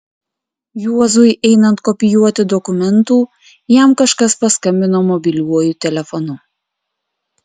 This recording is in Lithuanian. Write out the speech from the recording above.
juozui einant kopijuoti dokumentų jam kažkas paskambino mobiliuoju telefonu